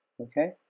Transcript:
okay